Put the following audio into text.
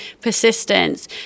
persistence